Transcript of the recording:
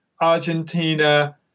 Argentina